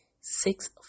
six